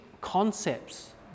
concepts